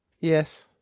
Yes